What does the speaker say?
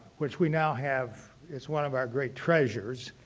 which we now have is one of our great treasures.